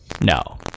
No